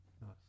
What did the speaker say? Nice